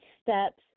steps